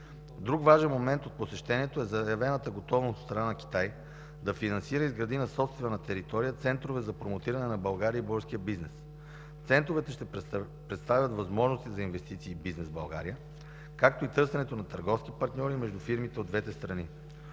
Друг важен момент от посещението е заявената готовност от страна на Китай да финансира и изгради на собствена територия центрове за промотиране на България и българския бизнес. Центровете ще представят възможностите за инвестиции и бизнес в България, както и търсенето на търговски партньори между фирмите от двете страни.